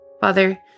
Father